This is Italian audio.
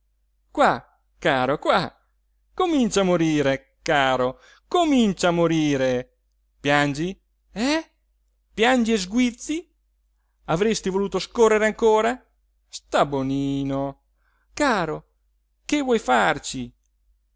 trappola qua caro qua comincia a morire caro comincia a morire piangi eh piangi e sguizzi avresti voluto scorrere ancora sta bonino caro che vuoi farci